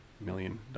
million